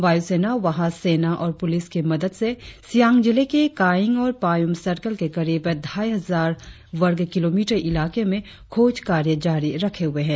वायुसेना वहां सेना और पुलिस की मदद से सियांग जिले के कायिंग और पायुम सर्किल के करीब ढ़ाई हजार वर्ग किलोमीटर इलाके में खोज कार्य जारी रखे हुए है